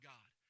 God